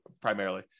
primarily